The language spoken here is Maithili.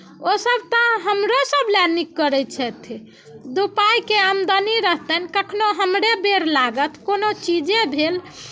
ओसभ तऽ हमरोसभ लए नीक करैत छथिन दू पाइके आमदनी रहतनि कखनो हमरे बेर लागत कोनो चीजे भेल